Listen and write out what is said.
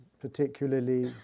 particularly